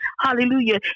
Hallelujah